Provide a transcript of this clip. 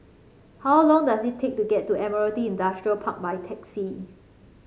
how long does it take to get to Admiralty Industrial Park by taxi